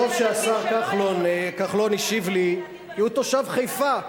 טוב שהשר כחלון השיב לי, כי הוא תושב חיפה.